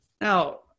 Now